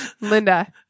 linda